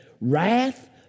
wrath